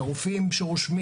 אנחנו חושבים